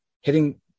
hitting